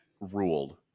ruled